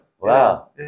Wow